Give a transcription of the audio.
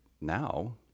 now